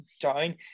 down